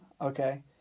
Okay